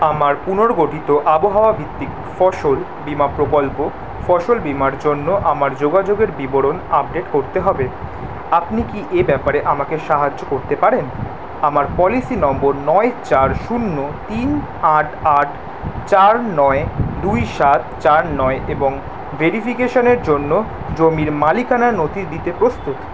আমার পুনর্গঠিত আবহাওয়াভিত্তিক ফসল বীমা প্রকল্প ফসল বীমার জন্য আমার যোগাযোগের বিবরণ আপডেট করতে হবে আপনি কি এ ব্যাপারে আমাকে সাহায্য করতে পারেন আমার পলিসি নম্বর নয় চার শূন্য তিন আট আট চার নয় দুই সাত চার নয় এবং ভেরিফিকেশনের জন্য জমির মালিকানার নথি দিতে প্রস্তুত